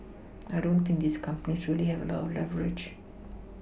I don't think these companies really have a lot of leverage